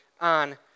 on